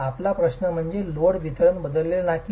आपला प्रश्न म्हणजे लोड वितरण बदलेल की नाही